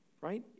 right